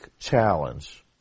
Challenge